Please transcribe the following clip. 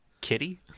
kitty